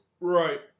Right